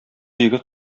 егет